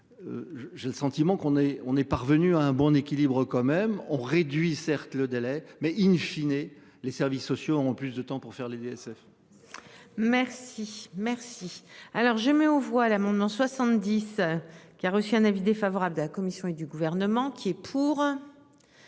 J'ai le sentiment qu'on est on est parvenu à un bon équilibre quand même on réduit certes le délai mais in fine et les services sociaux. En plus de temps pour faire les, l'ISF. Merci, merci. Alors je mets aux voix l'amendement 70. Qui a reçu un avis défavorable de la Commission et du gouvernement. Qui est pour.